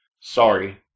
sorry